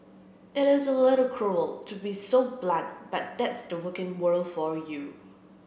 it is a little cruel to be so blunt but that's the working world for you